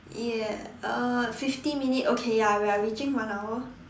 ya uh fifty minute okay ya we are reaching one hour